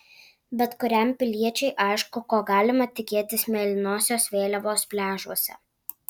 bet kuriam piliečiui aišku ko galima tikėtis mėlynosios vėliavos pliažuose